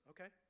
Okay